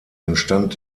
entstand